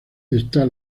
esta